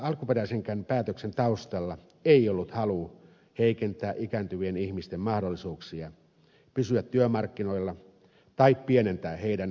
alkuperäisenkään päätöksen taustalla ei ollut halu heikentää ikääntyvien ihmisten mahdollisuuksia pysyä työmarkkinoilla tai pienentää heidän perustoimeentuloaan